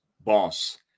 boss